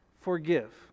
forgive